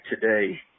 today